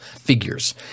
figures